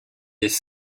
des